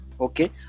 okay